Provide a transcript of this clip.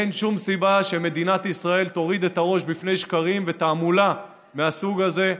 אין שום סיבה שמדינת ישראל תוריד את הראש בפני שקרים ותעמולה מהסוג הזה.